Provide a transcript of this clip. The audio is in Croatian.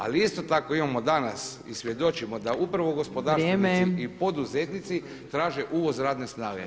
Ali isto tako imamo danas i svjedočimo da upravo gospodarstvenici i poduzetnici [[Upadica Opačić: Vrijeme.]] Traže uvoz radne snage.